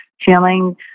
feeling